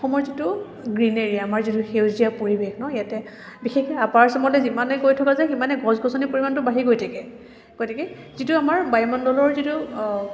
অসমৰ যিটো গ্ৰীনেৰি আমাৰ যিটো সেউজীয়া পৰিৱেশ ন ইয়াতে বিশেষকৈ আপাৰ আচামলৈ যিমানে গৈ থকা যায় সিমানে গছ গছনিৰ পৰিমাণটো বাঢ়ি গৈ থাকে গতিকে যিটো আমাৰ বায়ুমণ্ডলৰ যিটো